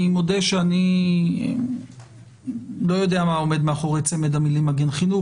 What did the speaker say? אני מודה שאני לא יודע מה עומד מאחורי צמד המילים "מגן חינוך".